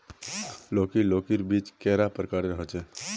लौकी लौकीर बीज कैडा प्रकारेर होचे?